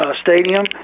Stadium